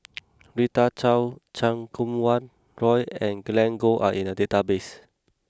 Rita Chao Chan Kum Wah Roy and Glen Goei are in the database